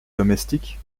domestique